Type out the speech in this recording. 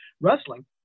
wrestling